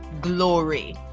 glory